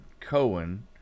Cohen